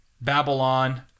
Babylon